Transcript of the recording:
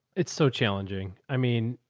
it's so challenging. i mean,